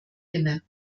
inne